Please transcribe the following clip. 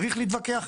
צריך להתווכח,